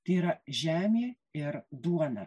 tai yra žemė ir duona